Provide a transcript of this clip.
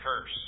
curse